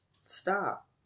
Stop